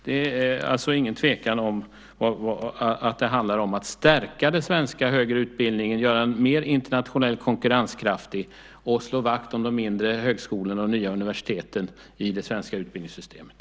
Det är alltså ingen tvekan om att det handlar om att stärka den svenska högre utbildningen och att göra den mer internationellt konkurrenskraftig och slå vakt om de mindre högskolorna och de nya universiteten i det svenska utbildningssystemet.